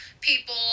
people